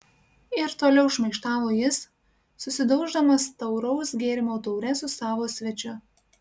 ir toliau šmaikštavo jis susidauždamas tauraus gėrimo taure su savo svečiu